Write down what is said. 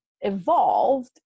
evolved